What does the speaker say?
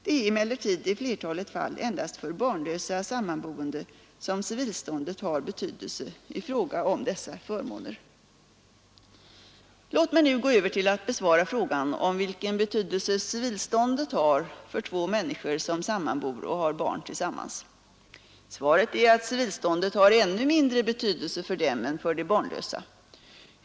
Det är emellertid i flertalet fall endast för barnlösa sammanboende som civilståndet har betydelse i fråga om dessa förmåner. Låt mig nu gå över till att besvara frågan om vilken betydelse civilståndet har för två människor som sammanbor och har barn tillsammans. Svaret är att civilståndet har ännu mindre betydelse för dem än för de barnlösa.